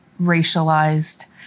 racialized